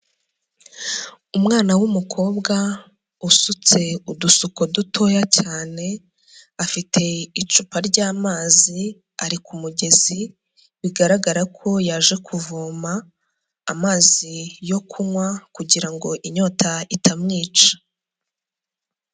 Umwana w'umukobwa usutse udusuko dutoya cyane afite icupa ryamazi ari ku mugezi, bigaragara ko yaje kuvoma amazi yo kunywa kugirango inyota itamwica.